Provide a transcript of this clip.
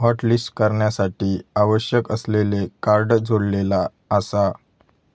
hotlist करण्यासाठी आवश्यक असलेले कार्ड जोडलेला आसा